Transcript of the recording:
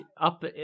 up